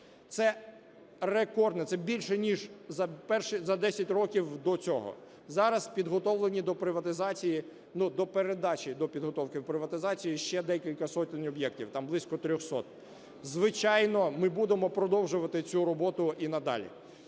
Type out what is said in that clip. Це рекордне, це більше ніж за 10 років до цього. Зараз підготовлені до приватизації, ну, до передачі до підготовки в приватизацію ще декілька сотень об'єктів, там близько 300. Звичайно, ми будемо продовжувати цю роботу і надалі.